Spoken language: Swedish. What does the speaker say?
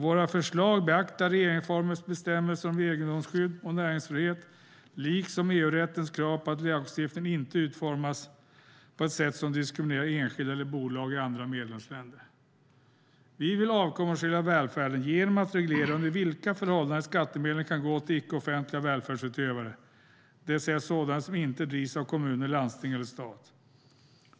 Våra förslag beaktar regeringsformens bestämmelser om egendomsskydd och näringsfrihet, liksom EU-rättens krav på att lagstiftningen inte utformas på ett sätt som diskriminerar enskilda eller bolag i andra medlemsländer. Vi vill avkommersialisera välfärden genom att reglera under vilka förhållanden skattemedlen kan gå till icke-offentliga välfärdsutövare, det vill säga sådana som inte drivs av kommuner, landsting eller stat.